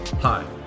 Hi